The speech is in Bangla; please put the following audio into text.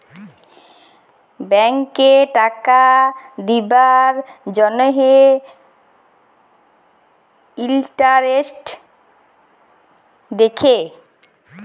ব্যাংকে টাকা দিবার জ্যনহে ইলটারেস্ট দ্যাখে